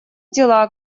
дела